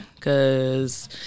cause